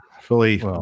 fully